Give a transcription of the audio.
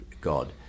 God